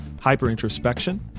hyper-introspection